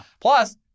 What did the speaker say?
Plus